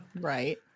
Right